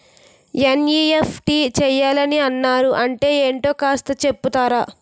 NEFT చేయాలని అన్నారు అంటే ఏంటో కాస్త చెపుతారా?